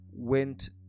went